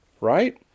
right